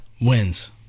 wins